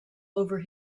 over